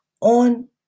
on